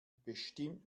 bestimmt